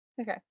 Okay